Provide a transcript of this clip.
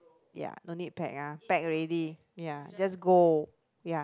ya no need pack ah pack already ya let's go ya